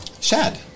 Shad